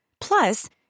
Plus